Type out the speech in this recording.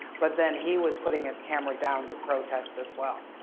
but then he was putting his camera down to protest as well.